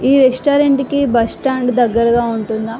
ఆ ఈ రెస్టారెంట్కి బస్ స్టాండ్ దగ్గరగా ఉంటుందా